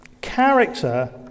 character